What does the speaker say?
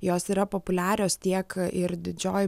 jos yra populiarios tiek ir didžiojoj